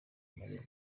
amarembo